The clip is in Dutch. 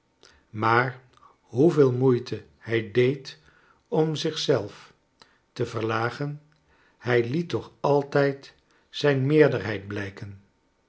maar hoeveel moeite hij deed om zich zelf te verlagen hij liet toeh altijd zijn meerderheid blijken